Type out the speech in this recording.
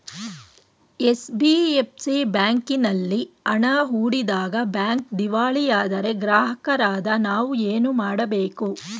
NBFC ಬ್ಯಾಂಕಿನಲ್ಲಿ ಹಣ ಹೂಡಿದಾಗ ಬ್ಯಾಂಕ್ ದಿವಾಳಿಯಾದರೆ ಗ್ರಾಹಕರಾದ ನಾವು ಏನು ಮಾಡಬೇಕು?